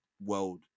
world